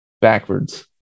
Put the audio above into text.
backwards